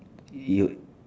you